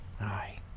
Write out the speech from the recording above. Aye